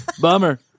Bummer